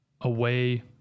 away